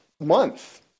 month